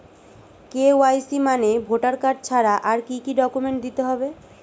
KYC মানে voter card ছাড়া আর কি কি ডকুমেন্ট দিতে হবে?